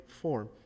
form